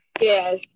Yes